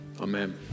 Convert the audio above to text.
Amen